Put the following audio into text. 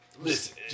Listen